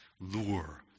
lure